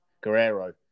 Guerrero